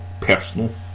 personal